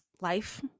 life